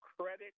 credit